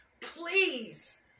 please